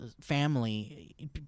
family